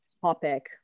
topic